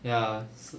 ya